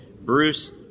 Bruce